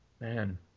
Man